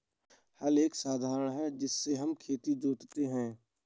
हल एक साधन है जिससे हम खेत जोतते है